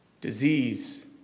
disease